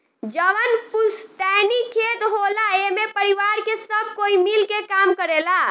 जवन पुस्तैनी खेत होला एमे परिवार के सब कोई मिल के काम करेला